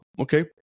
okay